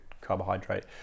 carbohydrate